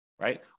right